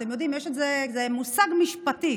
אתם יודעים, זה מושג משפטי.